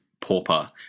pauper